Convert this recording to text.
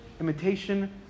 imitation